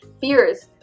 fears